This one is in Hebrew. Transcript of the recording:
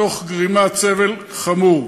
תוך גרימת סבל חמור.